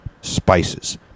Spices